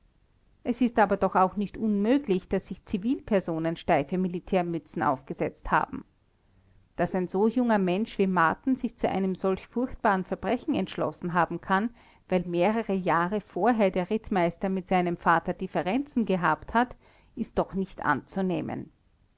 es ist aber doch auch nicht unmöglich daß sich zivilpersonen steife militärmützen aufgesetzt haben daß ein so junger mensch wie marten sich zu einem solch furchtbaren verbrechen entschlossen haben kann weil mehrere jahre vorher der rittmeister mit seinem vater differenzen gehabt hat ist doch nicht anzunehmen